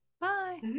Bye